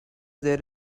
there